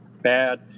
bad